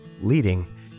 leading